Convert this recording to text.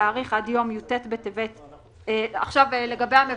להאריך עד יום י"ט בטבת" לגבי המבקר,